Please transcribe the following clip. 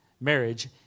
marriage